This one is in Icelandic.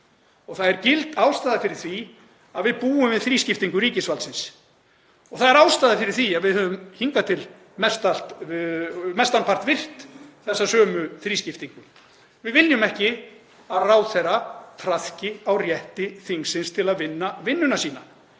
Það er gild ástæða fyrir því að við búum við þrískiptingu ríkisvaldsins. Það er ástæða fyrir því að við höfum hingað til mestan part virt þá sömu þrískiptingu. Við viljum ekki að ráðherra traðki á rétti þingsins til að vinna vinnuna sína.